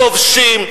כובשים,